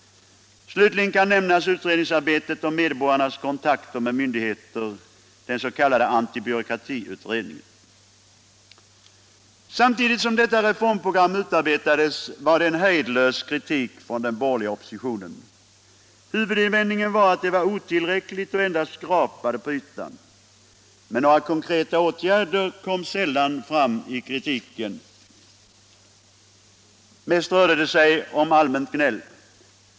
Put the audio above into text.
Slutligen kan nämnas utredningsarbetet om medborgarnas kontakter med myndigheter, den s.k. antibyråkratiutredningen. Samtidigt som detta reformprogram utarbetades var det en hejdlös kritik från den borgerliga oppositionen. Huvudinvändningen var att det var otillräckligt och endast skrapade på ytan, men några konkreta förslag till åtgärder kom sällan fram i kritiken. Mest rörde det sig om allmänt gnäll.